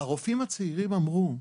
הרופאים הצעירים אמרו: